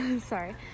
Sorry